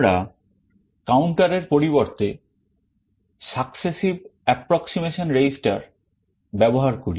আমরা counter এর পরিবর্তে successive approximation register ব্যবহার করি